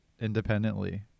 independently